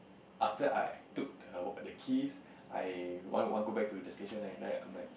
after I took the the keys I want want go back to the station right then I'm like